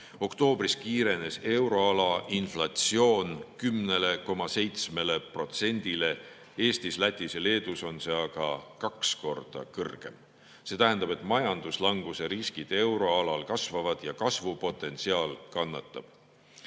Oktoobris kiirenes euroala inflatsioon 10,7%‑le, Eestis, Lätis ja Leedus on see aga kaks korda kõrgem. See tähendab, et majanduslanguse riskid euroalal kasvavad ja kasvupotentsiaal kannatab.